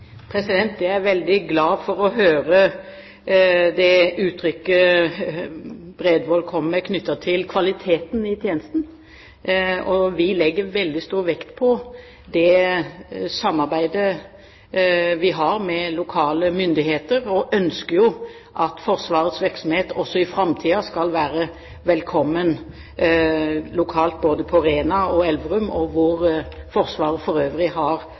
Jeg er veldig glad for å høre det Bredvold sa knyttet til kvaliteten i tjenesten. Vi legger veldig stor vekt på det samarbeidet vi har med lokale myndigheter og ønsker at Forsvarets virksomhet også i framtiden skal være velkommen lokalt, både på Rena og i Elverum, og der hvor Forsvaret for øvrig har